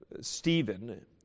Stephen